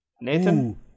Nathan